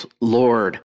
Lord